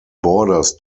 borders